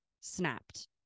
snapped